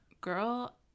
girl